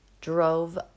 drove